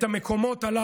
את המקומות הללו,